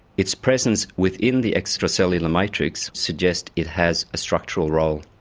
its presence within the extracellular matrix suggests it has a structural role.